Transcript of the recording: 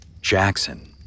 Jackson